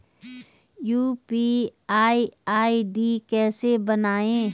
UPI ID कैसे बनायें?